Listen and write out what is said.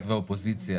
היות שהאופוזיציה